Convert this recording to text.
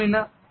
একদমই না